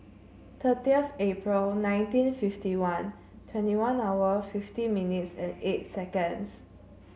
thirtieth April nineteen fifty one twenty one hour fifty minutes and eight seconds